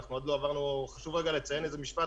חשוב רגע לציין שזה